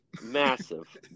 massive